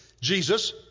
Jesus